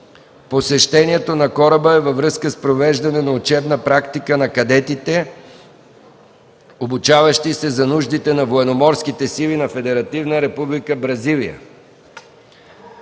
Посещението на кораба е във връзка с провеждане на учебна практика на кадетите, обучаващи се за нуждите на военноморските сили на Федеративна република Бразилия.